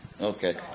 Okay